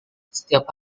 setiap